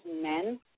men